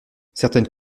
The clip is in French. certaines